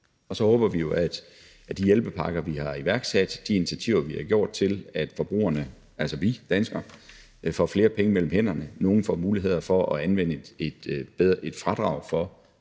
Så håber vi jo, at de hjælpepakker, vi har iværksat, og de initiativer, vi har taget, gør, at forbrugerne, altså os danskere, får flere penge mellem hænderne. Nogen får muligheder for at anvende et fradrag for